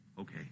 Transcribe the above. Okay